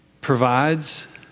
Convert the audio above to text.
provides